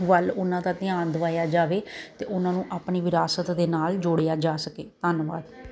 ਵੱਲ ਉਹਨਾਂ ਦਾ ਧਿਆਨ ਦਵਾਇਆ ਜਾਵੇ ਤੇ ਉਹਨਾਂ ਨੂੰ ਆਪਣੀ ਵਿਰਾਸਤ ਦੇ ਨਾਲ ਜੋੜਿਆ ਜਾ ਸਕੇ ਧੰਨਵਾਦ